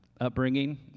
upbringing